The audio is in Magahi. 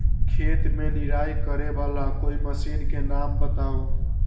खेत मे निराई करे वाला कोई मशीन के नाम बताऊ?